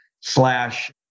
slash